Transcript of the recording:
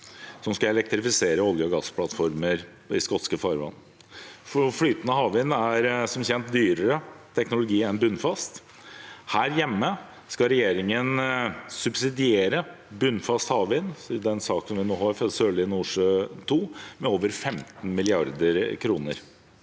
som skal elektrifisere olje- og gassplattformer i skotske farvann. Flytende havvind er som kjent dyrere teknologi enn bunnfast havvind. Her hjemme skal regjeringen subsidiere bunnfast havvind i den saken vi nå har til behandling, Sørlige Nordsjø II, med over 15 mrd. kr.